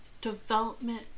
development